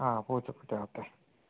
ആ പൂച്ചക്കുട്ടി ഓക്കെ